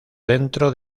dentro